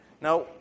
Now